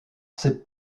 ses